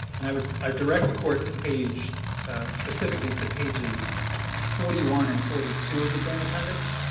and i would i direct the court to page specifically to pages forty one and forty two of the joint appendix.